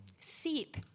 seep